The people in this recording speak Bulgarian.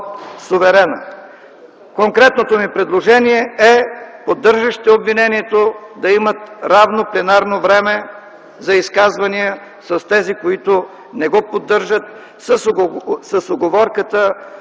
суверена. Конкретното ми предложение е поддържащите обвинението да имат равно пленарно време за изказвания с тези, които не го поддържат, с уговорката,